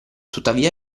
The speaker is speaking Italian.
tuttavia